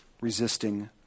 resisting